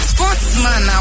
Sportsman